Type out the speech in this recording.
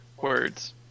words